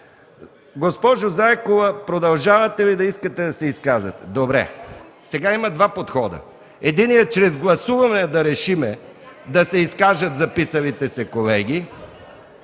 Госпожо Заякова, продължавате ли да искате да се изкажете? Добре. Има два подхода – единият, чрез гласуване да решим да се изкажат записалите се колеги